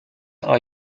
are